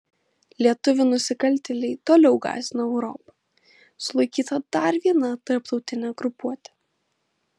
lietuvių nusikaltėliai toliau gąsdina europą sulaikyta dar viena tarptautinė grupuotė